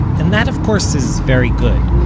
and that, of course, is very good.